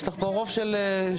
יש לך פה רוב של שלושה.